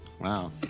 Wow